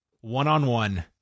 one-on-one